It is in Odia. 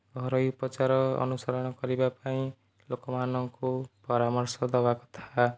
ଘରୋଇ ଉପଚାର ଅନୁସରଣ କରିବା ପାଇଁ ଲୋକ ମାନଙ୍କୁ ପରାମର୍ଶ ଦେବା କଥା